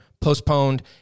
postponed